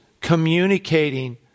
communicating